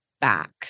back